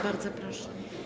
Bardzo proszę.